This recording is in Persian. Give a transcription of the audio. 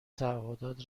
تعهدات